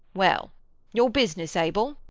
well your business, abel?